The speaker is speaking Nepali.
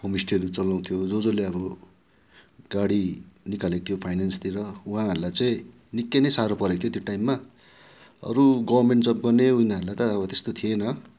होम स्टेहरू चलाउँथ्यो अब जस् जसले अब गाडी निकालेको थियो फाइनेन्सतिर उहाँहरूलाई चाहिँ निकै साह्रो परेको थियो त्यो टाइममा अरू गभर्मेन्ट जब गर्ने उनीहरूलाई अब त्यस्तो थिएन